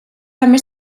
també